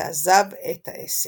ועזב את העסק.